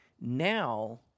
now